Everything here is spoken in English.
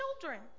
children